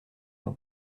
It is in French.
l’on